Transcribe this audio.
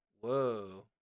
Whoa